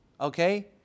Okay